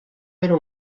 era